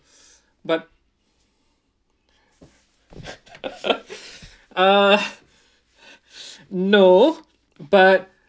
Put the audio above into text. but uh no but